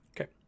Okay